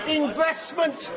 investment